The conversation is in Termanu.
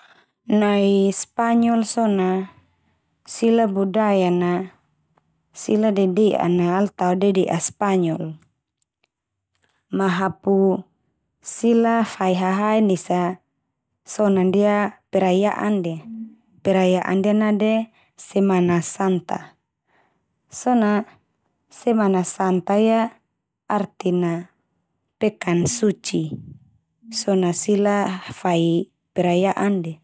Nai Spanyol so na sila budaya na sila dede'an na al tao dede'a spanyol. Ma hapu sila fai hahaen esa so na ndia perayaan ndia. Perayaan ndia nade Semana santa. So na, Semana santa ia arti na pekan suci. So na sila fai perayaan ndia.